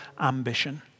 ambition